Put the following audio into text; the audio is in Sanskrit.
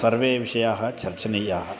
सर्वे विषयाः चर्चनीयाः